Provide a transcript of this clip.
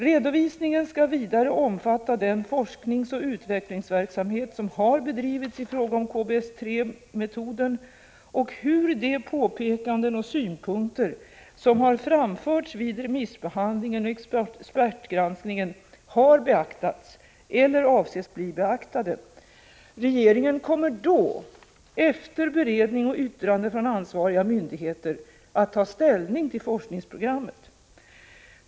Redovisningen skall vidare omfatta den forskningsoch utvecklingsverksamhet som har bedrivits i ftåga om KBS 3-metoden och hur de påpekanden och synpunkter som har framförts vid remissbehandlingen och expertgranskningen har beaktats eller avses bli beaktade. Regeringen kommer då, efter beredning och yttrande från ansvariga myndigheter, att ta ställning till forskningsprogrammet.